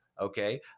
okay